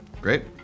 Great